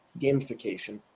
gamification